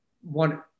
one